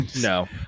No